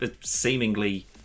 seemingly